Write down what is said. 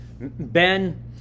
Ben